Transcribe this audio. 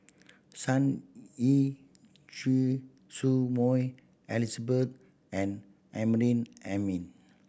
Sun Yee Choy Su Moi Elizabeth and Amrin Amin